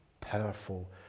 Powerful